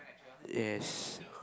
yes